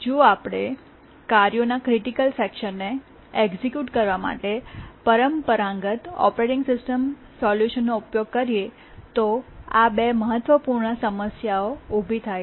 જો આપણે કાર્યોના ક્રિટિકલ સેકશન ને એક્સિક્યૂટ કરવા માટે પરંપરાગત ઓપરેટિંગ સિસ્ટમ સોલ્યુશનનો ઉપયોગ કરીએ તો આ બે મહત્વપૂર્ણ સમસ્યાઓ ઉભી થાય છે